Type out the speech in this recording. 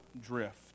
drift